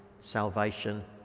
salvation